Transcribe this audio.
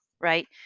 right